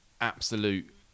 absolute